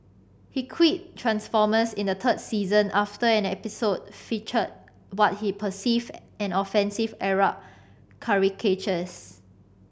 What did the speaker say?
he quit Transformers in the third season after an episode featured what he perceived as offensive Arab caricatures